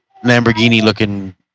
Lamborghini-looking